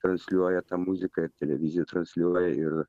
transliuoja tą muziką ir televiziją transliuoja ir